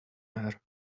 air